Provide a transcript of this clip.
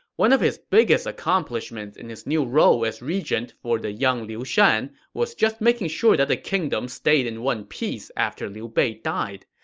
one of his biggest accomplishment in his new role as regent for the young liu shan was just making sure the the kingdom stayed in one piece after liu bei died.